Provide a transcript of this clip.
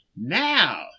Now